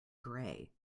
gray